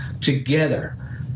together